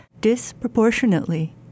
disproportionately